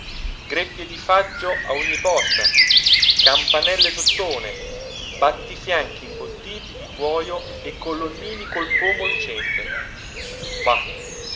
greppie di faggio a ogni posta campanelle d'ottone battifianchi imbottiti di cuojo e colonnini col pomo lucente mah